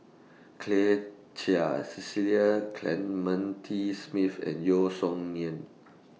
Claire Chiang Cecil Clementi Smith and Yeo Song Nian